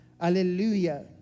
Hallelujah